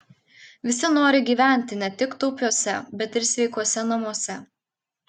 visi nori gyventi ne tik taupiuose bet ir sveikuose namuose